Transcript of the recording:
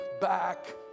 back